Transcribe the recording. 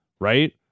Right